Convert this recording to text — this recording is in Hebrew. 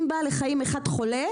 אם בעל חיים אחד חולה,